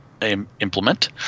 implement